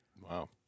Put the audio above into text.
Wow